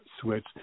switch